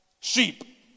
sheep